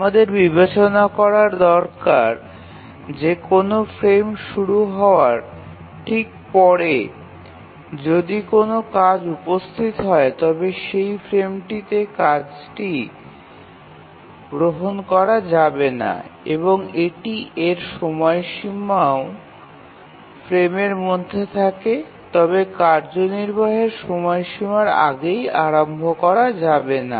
আমাদের বিবেচনা করা দরকার যে কোনও ফ্রেম শুরু হওয়ার ঠিক পরে যদি কোনও কাজ উপস্থিত হয় তবে সেই ফ্রেমটিতে কাজটি গ্রহণ করা যাবে না এবং যদি এর সময়সীমাটিও ফ্রেমের মধ্যে থাকে তবে কার্য নির্বাহের সময়সীমার আগেই আরম্ভ করা যাবে না